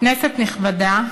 תודה, כנסת נכבדה,